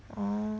orh